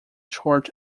short